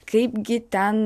kaip gi ten